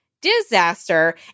Disaster